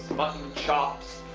muttonchops,